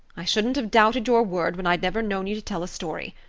i shouldn't have doubted your word when i'd never known you to tell a story.